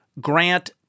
grant